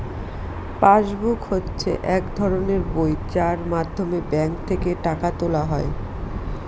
pass book হচ্ছে এক ধরনের বই যার মাধ্যমে ব্যাঙ্ক থেকে টাকা তোলা হয়